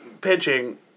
pitching